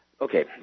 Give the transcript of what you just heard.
okay